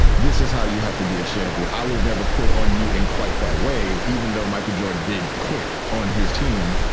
this is how you have to be a champion. i would've never quit on you in quite that way, even though michael jordan did quit on his team.